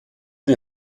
die